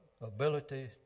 ability